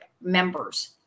members